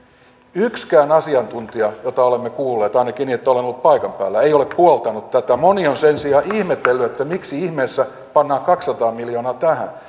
yksikään asiantuntija jota olemme kuulleet ainakin niin että olen ollut paikan päällä ei ole puoltanut tätä moni on sen sijaan ihmetellyt miksi ihmeessä pannaan kaksisataa miljoonaa tähän